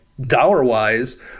dollar-wise